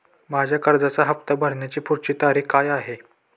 माझ्या कर्जाचा हफ्ता भरण्याची पुढची तारीख काय आहे?